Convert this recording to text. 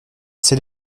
c’est